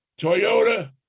Toyota